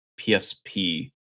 PSP